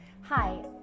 Hi